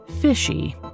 fishy